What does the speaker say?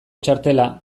txartela